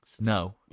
No